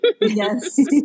Yes